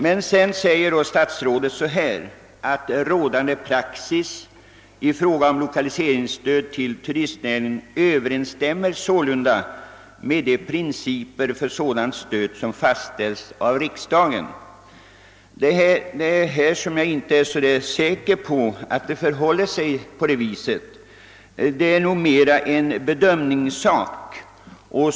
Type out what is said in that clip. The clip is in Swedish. Men statsrådet säger också: »Rådande praxis i fråga om lokaliseringsstöd till turistnäringen överensstämmer sålunda med de principer för sådant stöd som fastställts av riksdagen.» Jag är inte säker på att det förhåller sig på det viset. Det är nog mera en bedömningssak.